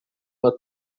had